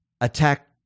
attack